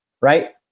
Right